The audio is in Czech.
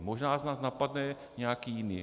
Možná nás napadne nějaký jiný.